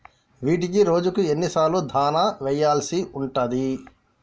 వీటికి రోజుకు ఎన్ని సార్లు దాణా వెయ్యాల్సి ఉంటది?